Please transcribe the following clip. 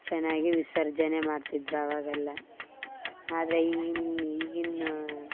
ಚೆನ್ನಾಗೆ ವಿಸರ್ಜನೆ ಮಾಡ್ತಿದ್ರು ಅವಾಗೆಲ್ಲ ಆದರೆ ಈಗಿನ ಈಗಿನ